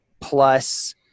plus